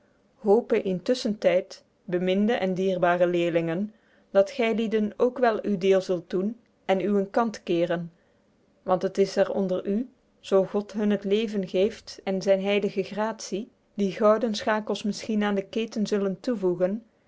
hope in tusschen tyd beminde en dierbare leerlingen dat gy lieden ook wel uw deel zult doen en uwen kant keeren want t is er onder u zoo god hun het leven geeft en zyn heilige gratie die gouden schakels misschien aen de keten zullen toevoegen